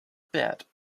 bit